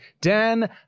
dan